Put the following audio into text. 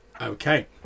Okay